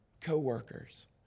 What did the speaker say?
co-workers